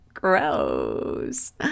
gross